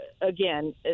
again